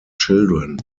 children